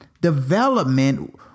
development